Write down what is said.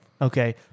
okay